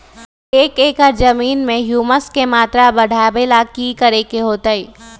एक एकड़ जमीन में ह्यूमस के मात्रा बढ़ावे ला की करे के होतई?